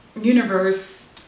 universe